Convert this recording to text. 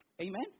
amen